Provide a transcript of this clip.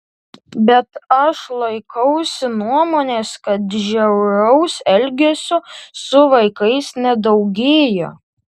bet aš laikausi nuomonės kad žiauraus elgesio su vaikais nedaugėja